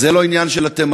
זה לא עניין של התימנים,